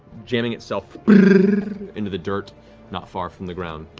jamming itself into the dirt not far from the ground.